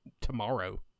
tomorrow